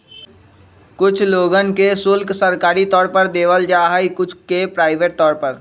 कुछ लोगन के शुल्क सरकारी तौर पर देवल जा हई कुछ के प्राइवेट तौर पर